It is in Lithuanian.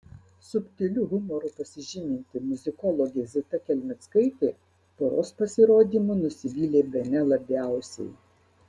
subtiliu humoru pasižyminti muzikologė zita kelmickaitė poros pasirodymu nusivylė bene labiausiai